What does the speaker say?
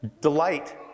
delight